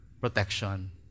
protection